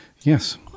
yes